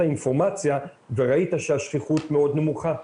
אינפורמציה וראית שהשכיחות מאוד נמוכה.